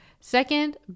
Second